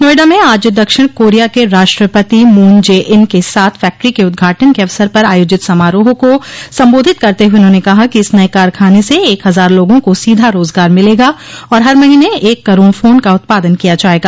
नोएडा में आज दक्षिण कोरिया के राष्ट्रपति मून जे इन के साथ फैक्ट्री क उदघाटन के अवसर पर आयोजित समारोह को संबोधित करते हुए उन्होंने कहा कि इस नये कारखाने से एक हजार लोगों को सीधा रोजगार मिलेगा और हर महीने एक करोड फोन का उत्पादन किया जायेगा